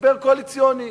משבר קואליציוני.